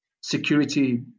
security